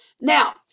Now